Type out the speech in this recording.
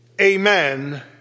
amen